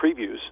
previews